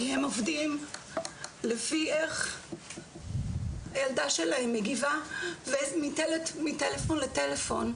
כי הם עובדים לפי איך הילדה שלהם מגיבה ומטלפון לטלפון,